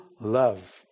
love